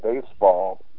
baseball